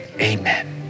Amen